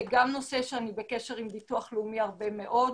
זה גם נושא שאני בקשר עם ביטוח לאומי הרבה מאוד.